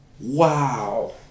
Wow